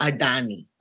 Adani